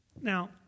Now